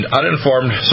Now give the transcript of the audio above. uninformed